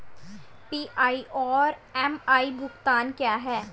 PI और MI भुगतान क्या हैं?